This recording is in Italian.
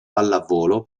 pallavolo